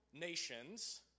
nations